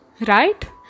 right